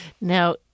Now